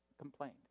complained